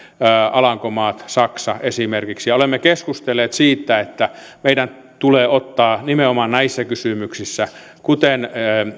alankomaat saksa esimerkiksi olemme keskustelleet siitä että meidän tulee ottaa nimenomaan näissä kysymyksissä kuten